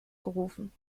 gerufen